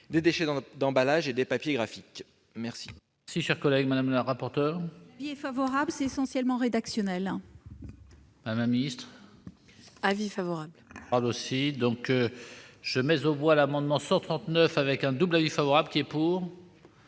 des déchets d'emballage et des papiers graphiques. Quel